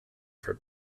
for